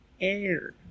air